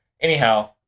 Anyhow